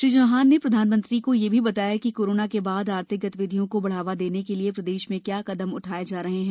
श्री चौहान ने प्रधानमंत्री को यह भी बताया कि कोरोना के बाद आर्थिक गतिविधियों को बढ़ावा देने के लिए प्रदेश में क्या कदम उठाए जा रहे हैं